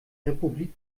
republik